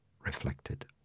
reflected